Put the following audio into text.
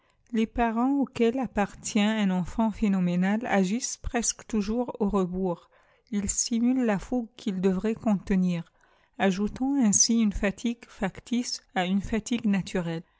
les parents auxquels appartient un enfant phénoménal agissent presque toujours au rebours ils stimulent la fougue qu'ils devraient contenir ajoutant ainsi une fatigue factice à une fatigue naturelle